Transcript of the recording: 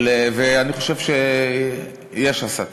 אני חושב שיש הסתה,